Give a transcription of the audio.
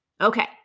Okay